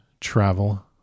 travel